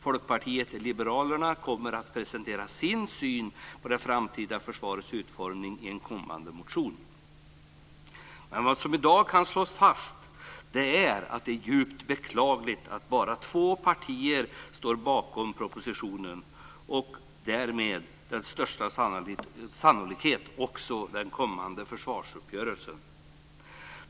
Folkpartiet liberalerna kommer att presentera sin syn på det framtida försvarets utformning i en kommande motion. Vad som i dag kan slås fast är att det är djupt beklagligt att bara två partier står bakom propositionen och därmed med största sannolikhet också den kommande försvarsuppgörelsen.